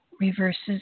reverses